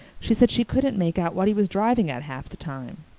she said she couldn't make out what he was driving at half the time.